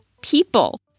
People